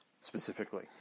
specifically